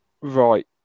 Right